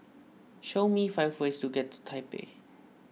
show me five ways to get to Taipei